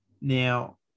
now